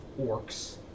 orcs